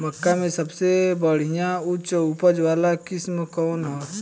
मक्का में सबसे बढ़िया उच्च उपज वाला किस्म कौन ह?